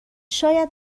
شاید